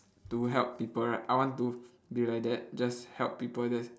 to help people right I want to be like that just help people just